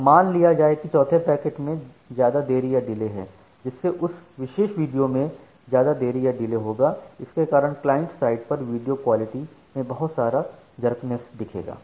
अब मान लिया जाए की चौथे पैकेट में ज्यादा देरी या डिले है जिससे उस विशेष वीडियो मैं ज्यादा देरी या डिले होगा इसके कारण क्लाइंट साइड पर वीडियो क्वालिटी में बहुत सारा जरकिनस दिखेगा